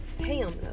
Ham